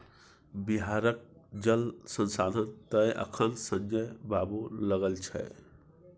बिहारक जल संसाधन तए अखन संजय बाबू लग छै